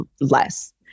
less